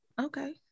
Okay